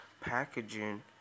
packaging